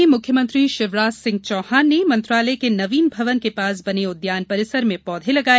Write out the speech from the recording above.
भोपाल में मुख्यमंत्री शिवराज सिंह चौहान ने मंत्रालय के नवीन भवन के पास बने उद्यान परिसर में पौधे लगाए